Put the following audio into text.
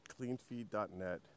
cleanfeed.net